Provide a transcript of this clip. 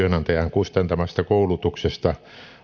kustantamasta koulutuksesta